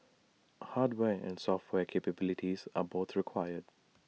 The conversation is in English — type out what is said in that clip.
hardware and software capabilities are both required